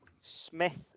Smith